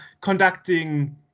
conducting